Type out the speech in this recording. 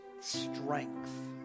strength